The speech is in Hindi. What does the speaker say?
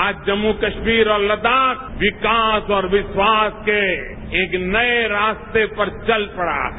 आज जम्मू कश्मीर और लद्दाख विकास और विश्वास के एक नए रास्ते पर चल पड़ा है